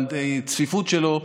הצפיפות שלו,